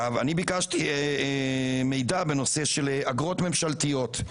אני ביקשתי מידע בנושא של אגרות ממשלתיות,